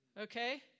Okay